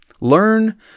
learn